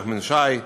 נחמן שי,